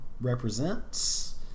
represents